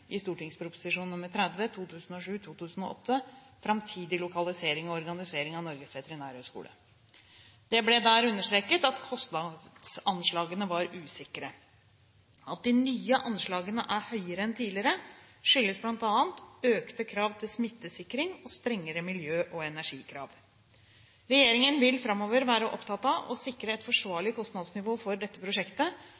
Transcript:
i St. prp. nr. 30 for 2007–2008, Framtidig lokalisering og organisering av Noregs veterinærhøgskole. Det ble der understreket at kostnadsanslagene var usikre. At de nye anslagene er høyere enn tidligere, skyldes bl.a. økte krav til smittesikring og strengere miljø- og energikrav. Regjeringen vil framover være opptatt av å sikre et